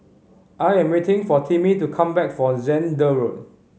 I am waiting for Timmy to come back for Zehnder Road